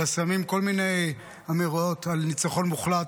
אלא שמים כל מיני אמירות על ניצחון מוחלט,